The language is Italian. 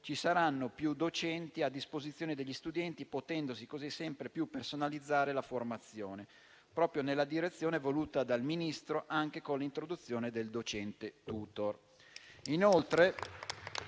ci saranno più docenti a disposizione degli studenti, potendosi così personalizzare la formazione sempre di più proprio nella direzione voluta dal Ministro, anche con l'introduzione del docente *tutor*.